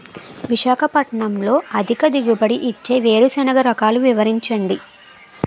విశాఖపట్నంలో అధిక దిగుబడి ఇచ్చే వేరుసెనగ రకాలు వివరించండి?